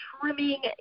trimming